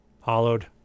hollowed